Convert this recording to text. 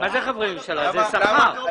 זה שכר.